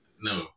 no